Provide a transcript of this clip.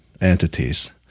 entities